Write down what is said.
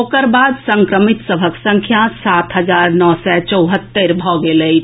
ओकर बाद संक्रमितक संख्या सात हजार नओ सय चौहत्तरि भऽ गेल अछि